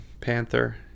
Panther